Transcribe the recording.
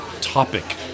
topic